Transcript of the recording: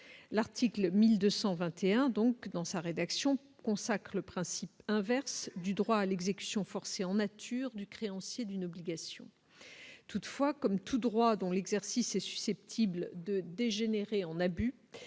l'article 1221 donc dans sa rédaction consacrent le principe inverse du droit à l'exécution forcée en nature du créancier d'une obligation toutefois comme tout droit dont l'exercice est susceptible de dégénérer en abus